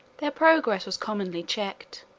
their progress was commonly checked,